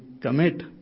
commit